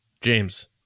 James